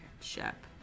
Shep